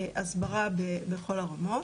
הסברה בכל הרמות.